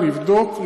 נבדוק,